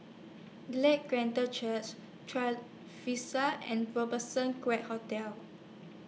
Glad Church Trevista and Robertson Quay Hotel